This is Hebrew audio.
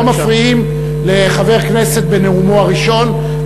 לא מפריעים לחבר כנסת בנאומו הראשון,